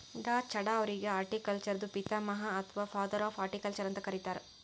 ಡಾ.ಚಢಾ ಅವ್ರಿಗ್ ಹಾರ್ಟಿಕಲ್ಚರ್ದು ಪಿತಾಮಹ ಅಥವಾ ಫಾದರ್ ಆಫ್ ಹಾರ್ಟಿಕಲ್ಚರ್ ಅಂತ್ ಕರಿತಾರ್